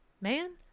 man